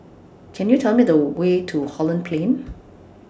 Can YOU Tell Me The Way to Holland Plain